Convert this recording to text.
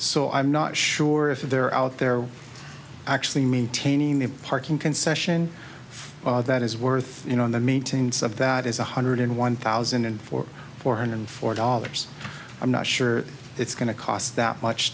so i'm not sure if they're out there actually maintaining a parking concession that is worth you know the maintenance of that is one hundred and one thousand and four four hundred four dollars i'm not sure it's going to cost that much